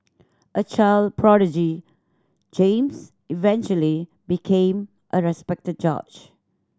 a child prodigy James eventually became a respected judge